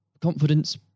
confidence